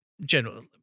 general –